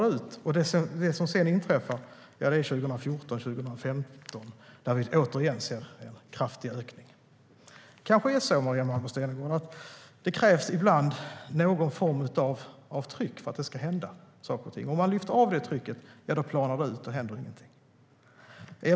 Den ändring som sedan inträffar är 2014-2015, när vi återigen ser en kraftig ökning. Det kanske är så, Maria Malmer Stenergard, att det ibland krävs någon form av tryck för att saker och ting ska hända. Om man lyfter av det trycket planar det ut och ingenting händer.